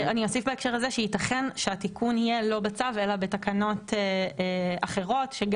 אבל אנטיגן מוסדי הוא לא ללא תשלום ובכל מקרה קיצור בידוד הוא